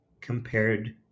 compared